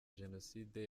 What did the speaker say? jenoside